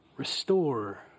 Restore